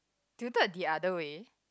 tilted the other way